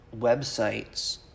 websites